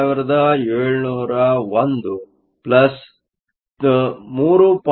3 4071 3